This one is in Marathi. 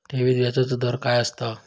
ठेवीत व्याजचो दर काय असता?